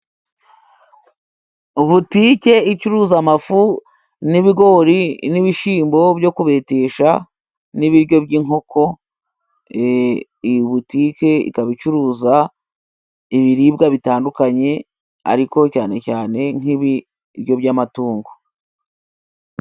Butike icuruza amafu, n' ibigori, n' ibishyimbo byo kubetesha, n' ibiryo by' inkoko; butike ikaba icuruza ibiribwa bitandukanye, ariko cyane nki ibiryo by' amatungo.